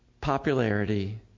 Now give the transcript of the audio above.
popularity